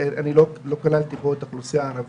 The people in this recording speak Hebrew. אני לא כללתי פה את האוכלוסייה הערבית,